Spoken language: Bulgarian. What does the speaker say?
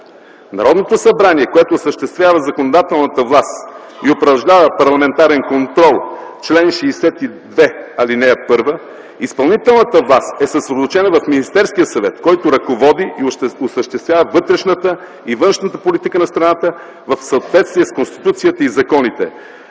Народното събрание, което осъществява законодателната власт и упражнява парламентарен контрол – чл. 62, ал. 1. Изпълнителната власт е съсредоточена в Министерския съвет, който ръководи и осъществява вътрешната и външната политика на страната в съответствие с Конституцията и законите